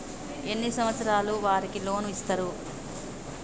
ఎన్ని సంవత్సరాల వారికి లోన్ ఇస్తరు?